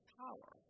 power